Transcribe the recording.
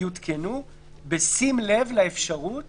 יותקנו בשים לב לאפשרות